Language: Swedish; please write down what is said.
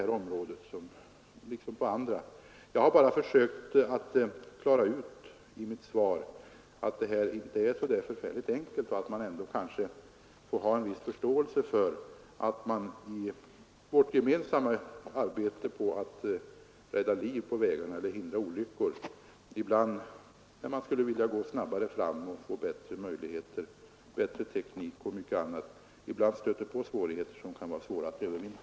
Jag har i mitt svar bara försökt klara ut att frågan inte är så förfärligt enkel och att man kanske ändå får ha en viss förståelse för att vi i vårt gemensamma arbete på att försöka hindra olyckor och rädda liv på vägarna skulle vilja gå snabbare fram. Vi strävar efter bättre teknik för att därmed få större möjligheter, men ibland stöter vi dock på svårigheter, som kan vara besvärliga att övervinna.